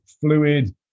fluid